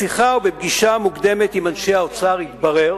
בשיחה ובפגישה מוקדמת עם אנשי האוצר התברר